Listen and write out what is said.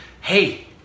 Hey